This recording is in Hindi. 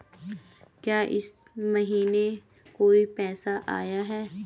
क्या इस महीने कोई पैसा आया है?